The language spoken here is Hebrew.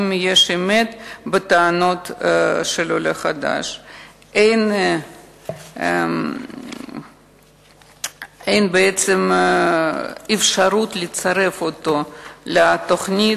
4. אין בעצם אפשרות לצרף את העולה שדיבר בכתבה לתוכנית,